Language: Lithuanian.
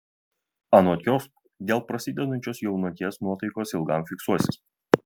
anot jos dėl prasidedančios jaunaties nuotaikos ilgam fiksuosis